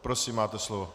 Prosím, máte slovo.